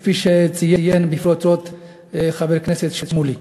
כפי שציין בפרוטרוט חבר הכנסת שמולי.